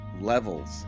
levels